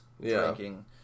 drinking